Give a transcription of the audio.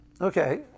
Okay